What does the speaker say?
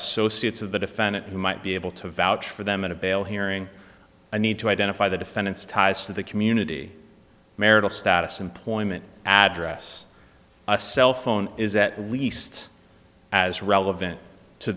associates of the defendant who might be able to vouch for them in a bail hearing i need to identify the defendant's ties to the community marital status employment address a cell phone is that we least as relevant to